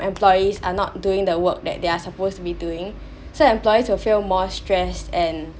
employees are not doing the work that they are supposed to be doing so employers who feel more stress and